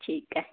ठीक आहे